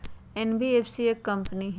NBFC एक company हई?